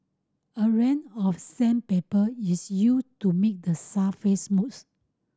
a range of sandpaper is used to make the surface smooth